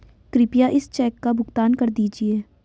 कृपया इस चेक का भुगतान कर दीजिए